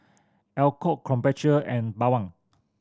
Alcott Krombacher and Bawang